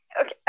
okay